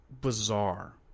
Bizarre